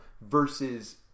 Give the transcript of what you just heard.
versus